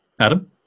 Adam